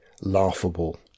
Laughable